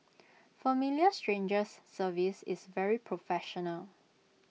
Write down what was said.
familiar strangers service is very professional